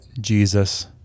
Jesus